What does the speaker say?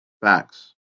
Facts